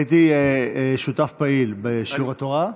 הייתי שותף פעיל בשיעור התורה.